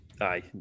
Aye